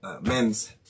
Men's